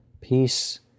peace